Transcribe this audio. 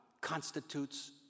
constitutes